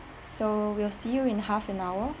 so we'll see you in half an hour